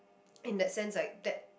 in that sense like that